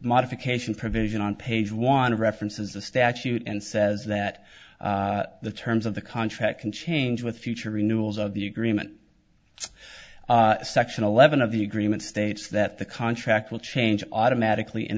modification provision on page one of references the statute and says that the terms of the contract can change with future renewals of the agreement section eleven of the agreement states that the contract will change automatically and